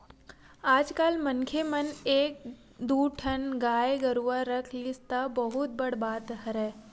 आजकल मनखे मन ह एक दू ठन गाय गरुवा रख लिस त बहुत बड़ बात हरय